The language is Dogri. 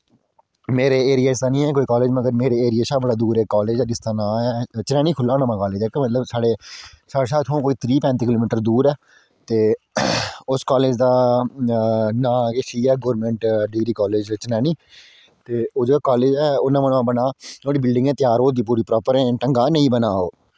मेरे एरिया च निं ऐ कॉलेज पर मेरे घरै कशा दूर ऐ कॉलेज ते चनैह्नी खुल्ले दा इक कॉलेज जेह्का साढ़े कशा इत्थां कोई त्रीह् किलोमीटर दूर ऐ ते उस कॉलेज दा नांऽ इयै किश डिग्री कॉलेज चनैह्नी ते ओह् कॉलेज ऐ नमां बने दा ऐंही बिल्डिंग गै बमना दी ऐहीं ओह् प्रॉपर नेईं बने दा